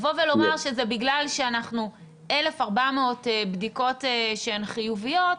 לבוא ולומר שזה בגלל שאנחנו 1,400 בדיקות שהן חיוביות,